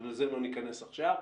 שלזה לא ניכנס עכשיו,